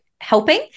helping